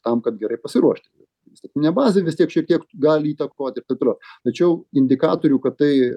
tam kad gerai pasiruošti įstatyminė bazė vis tiek šiek tiek gali įtakoti ir taip toliau tačiau indikatorių kad tai